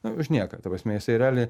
na už nieką ta prasmė jisai realiai